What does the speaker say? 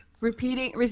Repeating